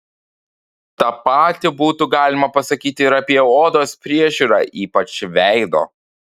tą patį būtų galima pasakyti ir apie odos priežiūrą ypač veido